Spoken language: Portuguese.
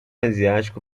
asiático